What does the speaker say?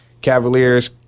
Cavaliers